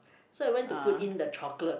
so I went to put in the chocolate